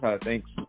Thanks